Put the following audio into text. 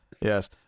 Yes